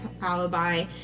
alibi